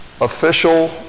official